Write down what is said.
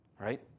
right